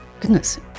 goodness